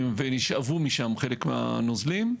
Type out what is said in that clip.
נשאבו משם חלק מהנוזלים.